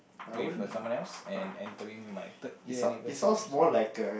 with a someone else and entering my third year anniversary